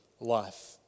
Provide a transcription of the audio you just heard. life